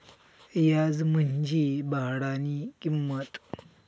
याज म्हंजी भाडानी किंमत